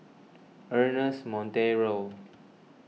Ernest Monteiro